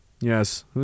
Yes